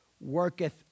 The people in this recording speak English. worketh